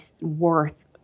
worth